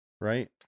right